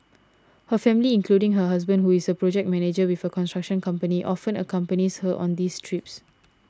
her family including her husband who is a project manager with a construction company often accompanies her on these trips